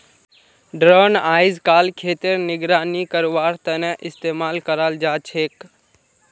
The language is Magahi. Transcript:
ड्रोन अइजकाल खेतेर निगरानी करवार तने इस्तेमाल कराल जाछेक